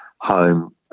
home